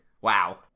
Wow